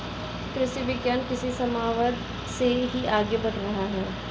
कृषि विज्ञान कृषि समवाद से ही आगे बढ़ रहा है